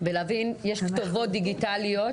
בלהבין יש כתובות דיגיטליות.